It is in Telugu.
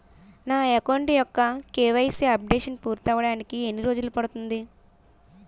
నా అకౌంట్ యెక్క కే.వై.సీ అప్డేషన్ పూర్తి అవ్వడానికి ఎన్ని రోజులు పడుతుంది?